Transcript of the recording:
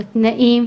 בתנאים,